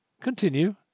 Continue